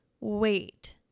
wait